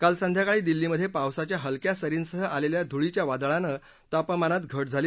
काल संध्याकाळी दिल्लीमध्ये पावसाच्या हलक्या सरींसह आलेल्या धुळीच्या वादळानं तापमानात घट झाली